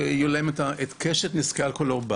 יהיו להם את קשת נזקי האלכוהול לעובר.